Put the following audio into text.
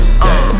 say